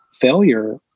failure